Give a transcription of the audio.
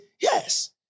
Yes